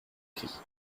christ